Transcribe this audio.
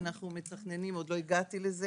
עוד לא הגעתי לזה